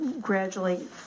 gradually